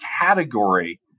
category